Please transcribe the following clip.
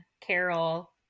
Carol